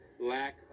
lack